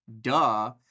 duh